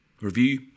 Review